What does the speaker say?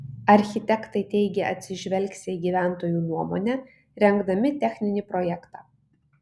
architektai teigė atsižvelgsią į gyventojų nuomonę rengdami techninį projektą